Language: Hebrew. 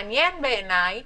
מעניין בעיניי